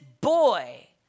boy